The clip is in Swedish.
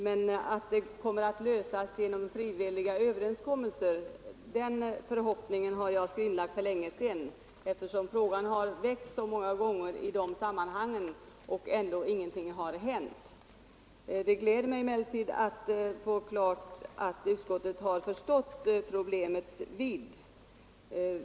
Men förhoppningen att det här problemet skall lösas genom frivilliga överenskommelser har jag skrinlagt för länge sedan, eftersom frågan har väckts så många gånger och ändå ingenting har hänt. Det gläder mig emellertid att få klargjort att utskottet har förstått problemets vidd.